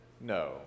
no